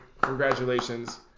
congratulations